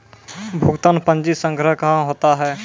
भुगतान पंजी संग्रह कहां होता हैं?